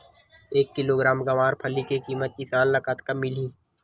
एक किलोग्राम गवारफली के किमत किसान ल कतका मिलही?